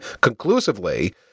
conclusively